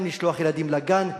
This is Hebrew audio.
גם לשלוח ילדים לגן,